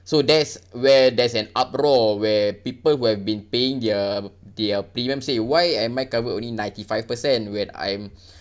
so that's where there's an uproar where people who have been paying their their premium say why am I covered only ninety five percent when I'm